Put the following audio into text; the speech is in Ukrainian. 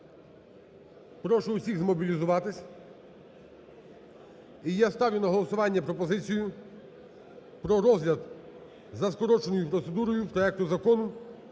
Прошу усіх змобілізуватися. І я ставлю на голосування пропозицію про розгляд за скороченою процедурою проекту Закону